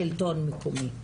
השלטון המקומי.